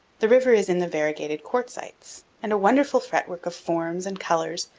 the river is in the variegated quartzites, and a wonderful fretwork of forms and colors,